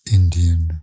Indian